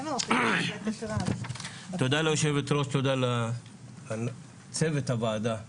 ליו"ר, תודה לצוות הוועדה וליוזמת,